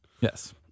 Yes